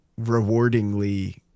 rewardingly